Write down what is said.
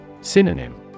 Synonym